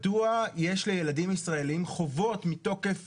מדוע יש לילדים ישראלים חובות מתוקף